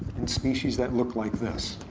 in species that look like this.